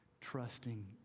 trusting